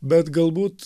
bet galbūt